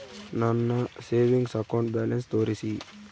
ನನ್ನ savings account balance ತೋರಿಸಿ?